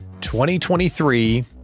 2023